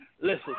Listen